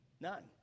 None